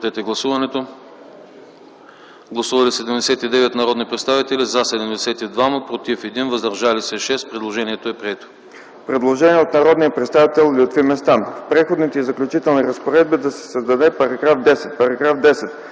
предложение от народния представител Лютви Местан: В Преходните и заключителни разпоредби да се създаде § 11: „§ 11.